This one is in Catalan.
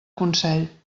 consell